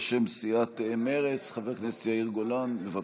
בשם סיעת מרצ, חבר הכנסת יאיר גולן, בבקשה.